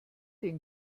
den